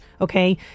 okay